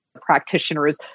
practitioner's